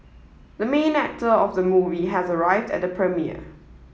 the main actor of the movie has arrived at the premiere